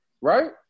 Right